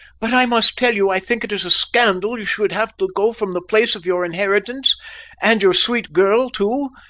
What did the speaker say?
but i must tell you i think it is a scandal you should have to go from the place of your inheritance and your sweet girl too!